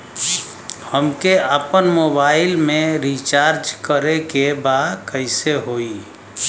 हमके आपन मोबाइल मे रिचार्ज करे के बा कैसे होई?